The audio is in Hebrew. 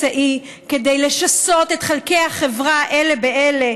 לא בחלתם בשום אמצעי לשסות את חלקי החברה אלה באלה,